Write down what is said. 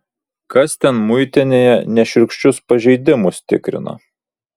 kas ten muitinėje nešiurkščius pažeidimus tikrina